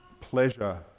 Pleasure